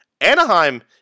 Anaheim